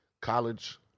college